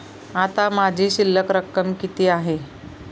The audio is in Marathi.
आता माझी शिल्लक रक्कम किती आहे?